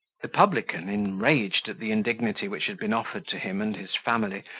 the publican, enraged at the indignity which had been offered to him and his family,